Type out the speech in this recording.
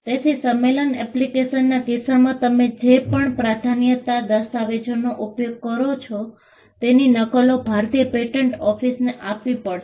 તેથી સંમેલન એપ્લિકેશનના કિસ્સામાં તમે જે પણ પ્રાધાન્યતા દસ્તાવેજોનો ઉપયોગ કરો છો તેની નકલો ભારતીય પેટન્ટ ઓફિસને આપવી પડશે